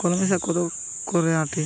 কলমি শাখ কত করে আঁটি?